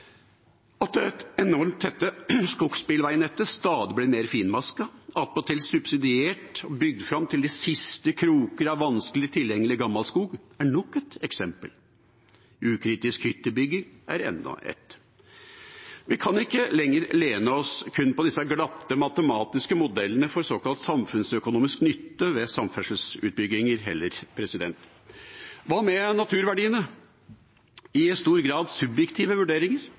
At det enormt tette skogsbilveinettet stadig blir mer finmasket, attpåtil subsidiert og bygd fram til de siste kroker av vanskelig tilgjengelig gammel skog, er nok et eksempel. Ukritisk hyttebygging er enda ett. Vi kan ikke lenger lene oss kun på disse glatte matematiske modellene for såkalt samfunnsøkonomisk nytte ved samferdselsutbygginger heller. Hva med naturverdiene? Det er i stor grad subjektive vurderinger.